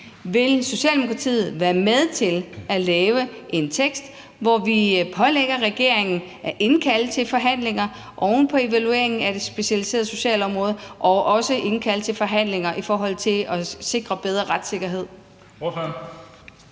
Vil Socialdemokratiet være med til at lave en tekst, hvor vi pålægger regeringen at indkalde til forhandlinger oven på evalueringen af det specialiserede socialområde og også indkalde til forhandlinger i forhold til at sikre bedre retssikkerhed?